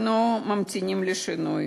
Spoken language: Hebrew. אנחנו ממתינים לשינוי.